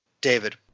David